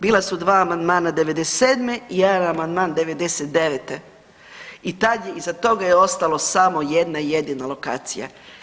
Bila su 2 amandmana '97. i 1 amandman '99. i tad je, iza toga je ostalo samo jedna jedina lokacija.